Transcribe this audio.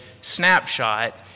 snapshot